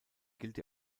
gilt